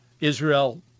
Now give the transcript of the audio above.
Israel-